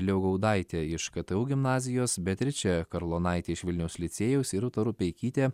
liaugaudaitė iš ktu gimnazijos beatričė karlonaitė iš vilniaus licėjaus ir rūta rupeikytė